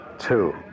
Two